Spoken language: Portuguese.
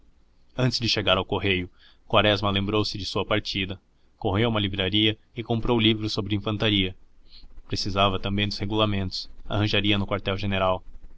antes de chegar ao correio quaresma lembrou-se de sua partida correu a uma livraria e comprou livros sobre infantaria precisava também dos regulamentos arranjaria no